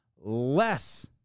less